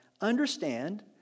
understand